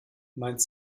mein